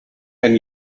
when